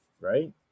right